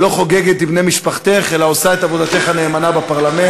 לא חוגגת עם בני משפחתך אלא עושה את עבודתך הנאמנה בפרלמנט,